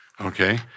Okay